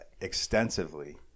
extensively